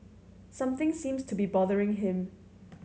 something seems to be bothering him